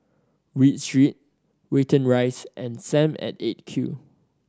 Read Street Watten Rise and Sam at Eight Q